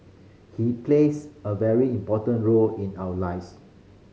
he plays a very important role in our lives